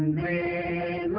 da